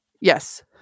Yes